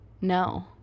No